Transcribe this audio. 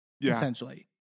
essentially